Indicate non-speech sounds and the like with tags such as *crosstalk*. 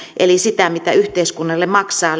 eli sitä mitä yhteiskunnalle maksaa *unintelligible*